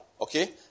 okay